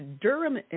Durham